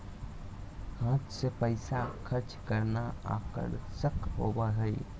हाथ से पैसा खर्च करना आकर्षक होबो हइ